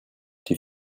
die